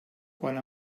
quan